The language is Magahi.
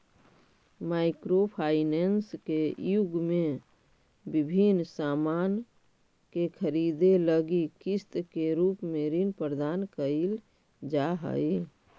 माइक्रो फाइनेंस के युग में विभिन्न सामान के खरीदे लगी किस्त के रूप में ऋण प्रदान कईल जा हई